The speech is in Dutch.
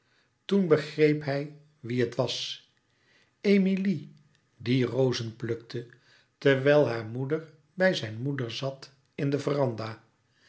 toen begreep hij wie het was emilie die rozen plukte terwijl haar moeder bij zijn moeder zat in de verandah